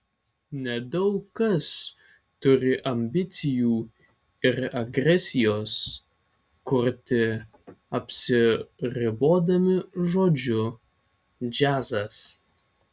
nedaug kas turi ambicijų ir agresijos kurti apsiribodami žodžiu džiazas